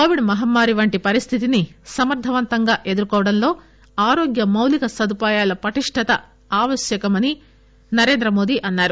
Covid మహమ్మారి వంటి పరిస్థితిని సమర్దవంతంగా ఎదుర్కోవడంలో ఆరోగ్య మాలిక సదుపాయాల పటిష్టత ఆవశ్యకమని నరేంద్ర మోదీ తెలిపారు